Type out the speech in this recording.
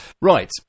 Right